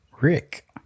Rick